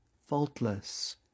faultless